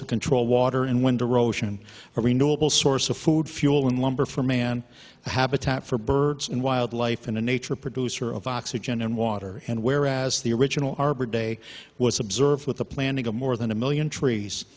to control water and wind or ocean or renewable source of food fuel and lumber for man habitat for birds and wildlife in a nature producer of oxygen and water and whereas the original arbor day was observed with the planting of more than a million trees